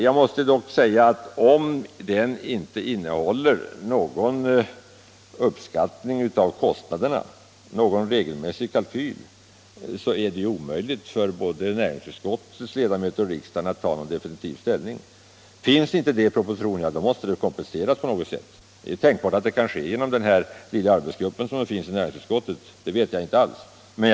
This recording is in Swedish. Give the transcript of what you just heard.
Jag måste emellertid säga, att om den inte innehåller någon uppskattning av kostnaderna, någon regelrätt kalkyl, så är det omöjligt för både näringsutskottets ledamöter och riksdagen att ta definitiv ställning. Finns inte en sådan kalkyl i propositionen, så måste den kompletteras på något sätt. Det är tänkbart att det kan ske genom den lilla arbetsgrupp som finns inom näringsutskottet. Det vet jag inte.